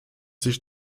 sich